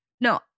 No